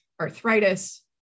arthritis